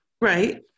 Right